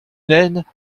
nène